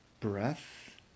breath